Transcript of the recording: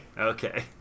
Okay